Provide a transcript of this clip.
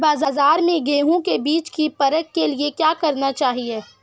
बाज़ार में गेहूँ के बीज की परख के लिए क्या करना चाहिए?